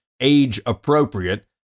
age-appropriate